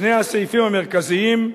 שני הסעיפים המרכזיים,